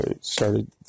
started